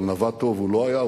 אבל נווט טוב הוא לא היה,